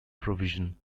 provision